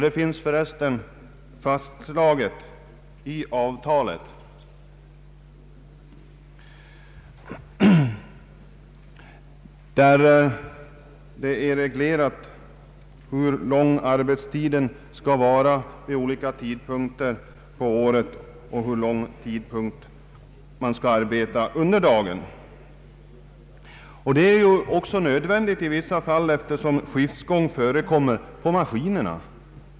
Det finns för övrigt fastslaget i avtalen, där det är reglerat hur lång arbetstiden skall vara olika perioder på året och hur lång tid man skall arbeta under dagen. Det är också nödvändigt i vissa fall att dagens arbete påbörjas och avslutas vid bestämda klockslag eftersom skiftgång förekommer på maskinerna.